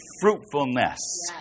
fruitfulness